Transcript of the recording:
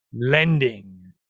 lending